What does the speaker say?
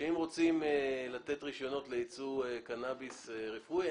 בה וכי אם רוצים לתת רישיונות לייצוא קנאביס רפואי,